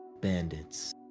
bandits